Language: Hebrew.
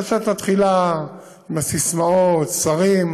אבל כשאת מתחילה עם הססמאות, זה לא ססמאות.